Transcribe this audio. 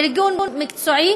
ארגון מקצועי